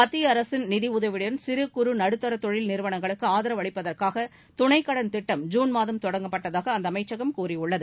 மத்திய அரசின் நிதி உதவியுடன் சிறு குறு நடுத்தாத்தொழில் நிறுவனங்களுக்கு ஆதரவு அளிப்பதற்காக துணைக்கடன் திட்டம் ஜூன் மாதம் தொடங்கப்பட்டதாக அந்த அமைச்சகம் கூறியுள்ளது